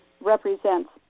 represents